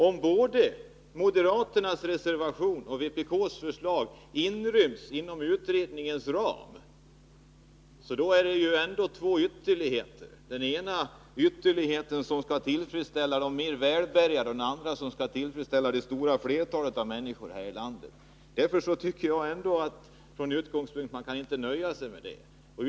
Om både moderaternas reservation och vpk:s förslag inryms inom utredningens ram, innebär det ju två ytterligheter: den ena som vill tillfredsställa de mer välbärgade och den andra som vill tillfredsställa det stora flertalet människor här i landet. Från den utgångspunkten tycker jag inte att man kan nöja sig med detta beslut.